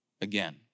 again